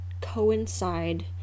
coincide